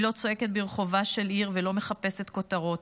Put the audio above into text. היא לא צועקת ברחובה של עיר ולא מחפשת כותרות,